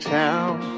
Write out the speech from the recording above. town